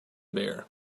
bear